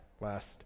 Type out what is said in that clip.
last